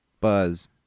Buzz